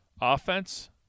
Offense